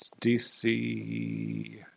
DC